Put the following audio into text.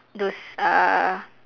those uh